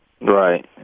Right